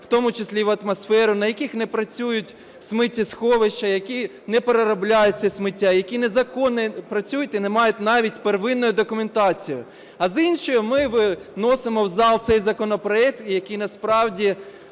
в тому числі і в атмосферу, на яких не працюють сміттєсховища, які не переробляють це сміття, які незаконно працюють і не мають навіть первинної документації. А з іншого – ми вносимо в зал цей законопроект, який насправді